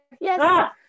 Yes